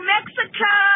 Mexico